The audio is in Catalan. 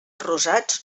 rosats